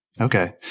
Okay